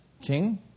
king